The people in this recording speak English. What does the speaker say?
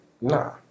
Nah